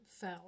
fell